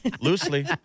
Loosely